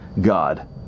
God